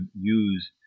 use